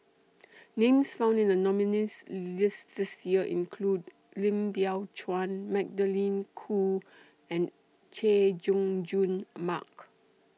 Names found in The nominees' list This Year include Lim Biow Chuan Magdalene Khoo and Chay Jung Jun Mark